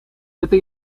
эта